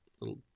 little